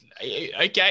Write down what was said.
Okay